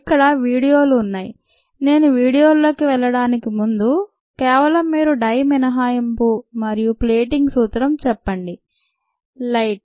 ఇక్కడ వీడియోలు ఉన్నాయి నేను వీడియోల లోకి వెళ్ళడానికి ముందు కేవలం మీరు డై మినహాయింపు మరియు ప్లేటింగ్ సూత్రం చెప్పండి లెట్